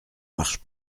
marche